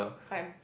like